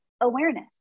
awareness